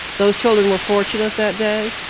those children were fortunate that day.